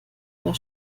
der